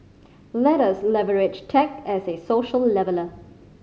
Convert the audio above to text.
let us leverage tech as a social leveller